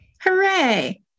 Hooray